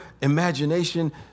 imagination